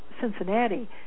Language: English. Cincinnati